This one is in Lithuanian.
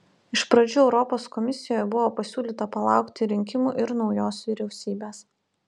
iš pradžių europos komisijoje buvo pasiūlyta palaukti rinkimų ir naujos vyriausybės